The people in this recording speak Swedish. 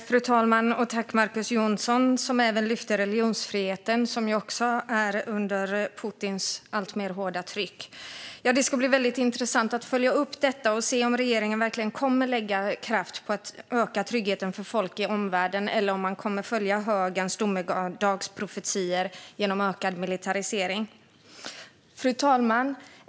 Fru talman! Tack, Marcus Jonsson, som även lyfte religionsfriheten, som ju också är under Putins alltmer hårda tryck! Ja, det ska bli väldigt intressant att följa upp detta och se om regeringen verkligen kommer att lägga kraft på att öka tryggheten för folk i omvärlden eller om man kommer att följa högerns domedagsprofetior genom ökad militarisering. Fru talman!